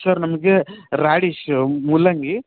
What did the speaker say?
sir ನಮಗೆ radish ಮೂಲಂಗಿ